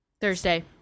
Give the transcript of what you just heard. Thursday